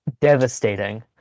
devastating